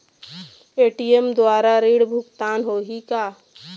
ATM द्वारा ऋण भुगतान होही का?